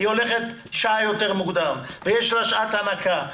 היא הולכת שעה יותר מוקדם ויש לה שעת הנקה.